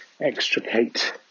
extricate